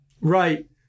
Right